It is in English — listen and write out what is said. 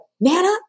Nana